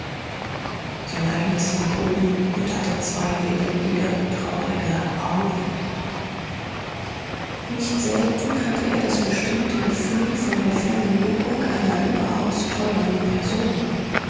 sein eignes lag oben und hatte zwei lebendige traurige augen nicht selten hatte er das bestimmte gefühl von der fernen wirkung einer überaus teuern person